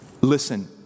Listen